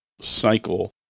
cycle